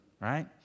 right